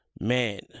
man